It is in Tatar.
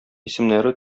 исемнәре